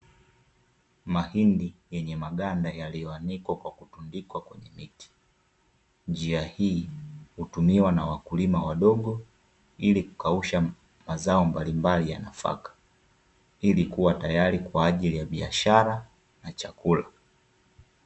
Mahindi yenye maganda yalioanikwa kwa kutundikwa kwenye miti. Njia hii, hutumiwa na wakulima wadogo, ili kukausha mazao mbalimbali ya nafaka, ili kuwa tayari kwa ajili ya biashara na chakula.